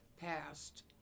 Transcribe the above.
passed